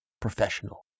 Professional